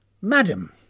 Madam